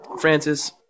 Francis